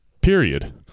Period